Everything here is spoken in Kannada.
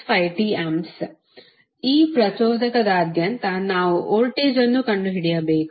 ಆ ಪ್ರಚೋದಕದಾದ್ಯಂತ ನಾವು ವೋಲ್ಟೇಜ್ ಅನ್ನು ಕಂಡುಹಿಡಿಯಬೇಕು